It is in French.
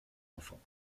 enfants